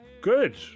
Good